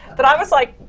but i was like,